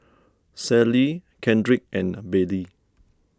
Sallie Kendrick and Baylie